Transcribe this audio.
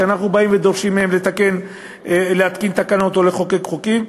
שאנחנו באים ודורשים מהם להתקין תקנות או לחוקק חוקים,